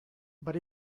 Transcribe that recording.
but